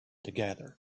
together